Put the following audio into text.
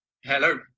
Hello